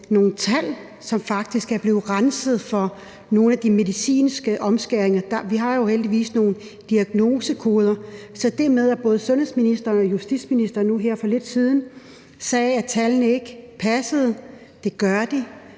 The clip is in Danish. nogle tal, som faktisk er blevet renset for nogle af de medicinske omskæringer; vi har jo heldigvis nogle diagnosekoder. Så til det med, at både sundhedsministeren og justitsministeren nu her for lidt siden sagde, at tallene ikke passede, vil jeg